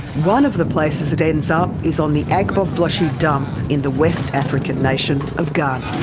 one of the places it ends up is on the agbogbloshie dump in the west african nation of ghana.